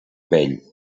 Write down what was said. vell